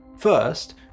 First